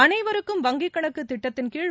அனைவருக்கும் வங்கிக்கணக்குதிட்டத்தின்கீழ்